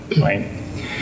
right